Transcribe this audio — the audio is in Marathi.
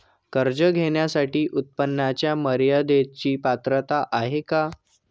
कर्ज घेण्यासाठी उत्पन्नाच्या मर्यदेची पात्रता आहे का?